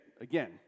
Again